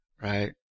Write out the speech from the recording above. right